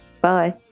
Bye